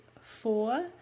four